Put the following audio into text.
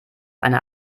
eine